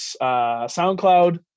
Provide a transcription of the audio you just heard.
SoundCloud